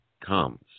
comes